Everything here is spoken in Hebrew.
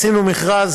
עשינו מכרז,